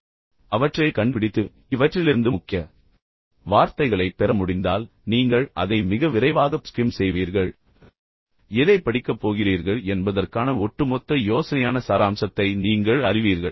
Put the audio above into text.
நீங்கள் அவற்றைப் கண்டுபிடிக்க முடிந்தால் இவற்றிலிருந்து முக்கிய வார்த்தைகளைப் பெற முடிந்தால் நீங்கள் அதை மிக விரைவாகப் ஸ்கிம் செய்வீர்கள் ஏனென்றால் நீங்கள் அதைப் புரிந்துகொள்வீர்கள் பின்னர் நீங்கள் எதைப் படிக்கப் போகிறீர்கள் என்பதற்கான ஒட்டுமொத்த யோசனையான சாராம்சத்தை நீங்கள் அறிவீர்கள்